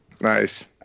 Nice